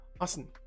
awesome